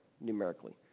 numerically